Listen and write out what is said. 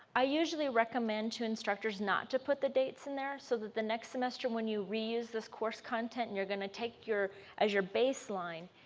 i usually recommend to instructors not to put the dates in there. so that the next semester when you re-use this course content, you're going to take your as your baseline.